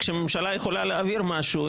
כשהממשלה יכולה להעביר משהו,